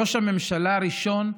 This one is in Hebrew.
ראש הממשלה הראשון,